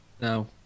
no